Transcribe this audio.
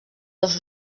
dos